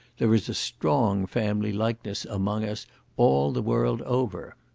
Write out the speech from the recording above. there is a strong family likeness among us all the world over.